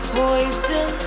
poison